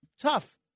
Tough